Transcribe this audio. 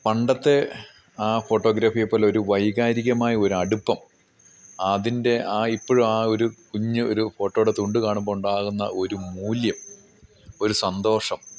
പണ്ടത്തെ ആ ഫോട്ടോഗ്രാഫിയെ പോലൊരു വൈകാരികമായ ഒരടുപ്പം അതിൻ്റെ ആ ഇപ്പോഴും ആ ഒരു കുഞ്ഞു ഒരു ഫോട്ടോടെ തുണ്ട് കണുമ്പോൾ ഉണ്ടാകുന്ന ഒരു മൂല്യം ഒരു സന്തോഷം